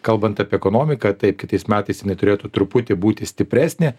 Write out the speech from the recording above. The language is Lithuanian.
kalbant apie ekonomiką taip kitais metais jinai turėtų truputį būti stipresnė